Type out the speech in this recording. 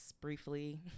briefly